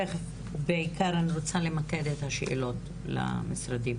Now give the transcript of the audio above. בעיקר אני רוצה למקד את השאלות למשרדים.